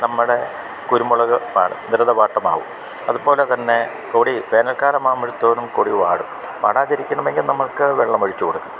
നമ്മുടെ കുരുമുളക് പാട് ദുരിതപാട്ടമാവും അതുപോലെ തന്നെ കൊടി വേനൽ കാലം ആകുമ്പോൾ തോറും കൊടി വാടും വാടാതിരിക്കണം എങ്കിൽ നമുക്ക് വെള്ളം ഒഴിച്ച് കൊടുക്കണം